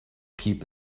keep